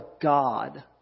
God